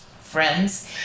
friends